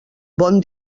bon